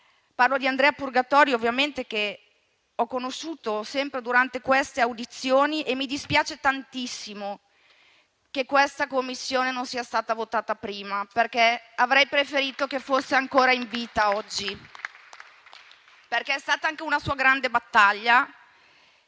Parlo di Andrea Purgatori ovviamente, che ho conosciuto sempre durante queste audizioni; e mi dispiace tantissimo che questa Commissione non sia stata votata prima, perché avrei preferito che fosse ancora in vita oggi. Questa è stata anche una sua grande battaglia